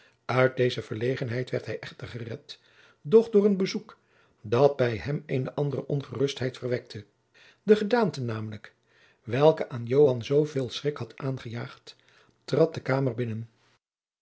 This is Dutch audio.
uit deze verlegenheid werd hij echter gered doch door een bezoek dat bij hem eene andere ongerustheid verwekte de gedaante namelijk welke aan joan zoo veel schrik had aangejaagd trad de kamer binnen